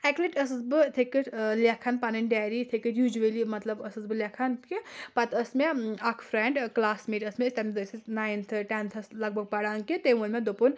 اَکہِ لٹہِ ٲسٕس بہٕ یِتھٔے کٲٹھۍ ٲں لیکھان پنٕنۍ ڈایرِی یِتھٔے کٲٹھۍ یوٗجؤلی مطلب ٲسٕس بہٕ لَیٚکھان کہِ پَتہٕ ٲس مےٚ اکھ فرٛیٚنٛڈ ٲں کٕلاسمیٹ ٲس مےٚ أسۍ تَمہِ دۄہ ٲسۍ أسۍ نایِنتھہٕ ٹیٚنٛتھَس لَگ بھگ پَران کہِ تٔمۍ ووٚن مےٚ دوٚپُن